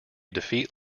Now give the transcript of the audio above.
defeat